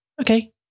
okay